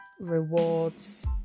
rewards